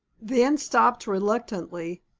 then stopped reluctantly,